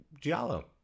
Giallo